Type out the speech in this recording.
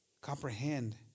comprehend